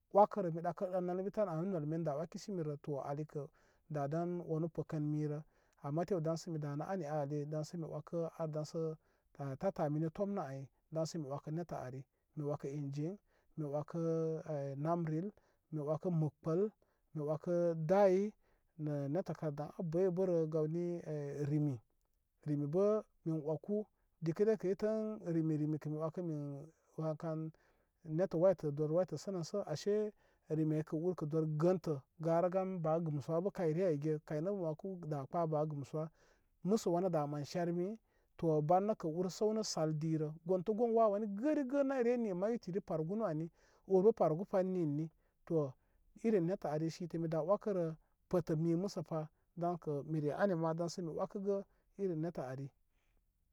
Wəkərə mi ɗakə ɗan ən bi ama nol minə da wəkaisimi rə to ali kə dadan wanu pəkən mirə ama tew daŋsə mi danə ani a mi daŋsa mi wəkə ar daŋsə tatamini tomnə ay daŋsə mi wəkə netta ari mi wəka ingin mi wəkə ay namril mi wəkə məpkpəl mi wəkə day nə nettə kar daŋ abəybərə gawni eh rimi rimi bə min wəkəl dikəre kə itə an rimi kə mi wəka min wankan nettə wa yətə dor wayətə ashe rimi aykə urkə dor gəntə garə gan ba gumsuwa bə kayre ayge kaynə mə wəkə da kpə bagumsuwa masa wanu da man shermi to ban nəka ur səwnə sal dire gontə gon wawəni gərigə nayre ni mari wiriti bargunu ani ur bə pargu panni uni to irin nettə ari shite nri da wə kərə pətə mi məsəpa daŋkə mire ani ma daŋsə mi wə kəgə irin nettə ari.